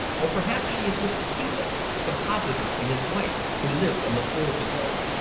or perhaps she is with the people, a compositor and his wife, who live on the floor below.